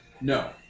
No